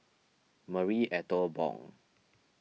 Marie Ethel Bong